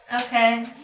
Okay